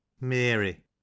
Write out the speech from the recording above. mary